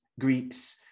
Greeks